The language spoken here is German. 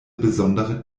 besondere